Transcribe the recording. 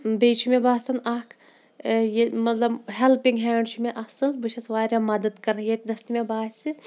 بیٚیہِ چھُ مےٚ باسان اَکھ یہِ مطلب ہٮ۪لپِنٛگ ہینٛڈ چھُ مےٚ اَصٕل بہٕ چھَس واریاہ مَدَد کَران ییٚتنَس تہِ مےٚ باسہِ